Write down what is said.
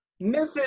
Mrs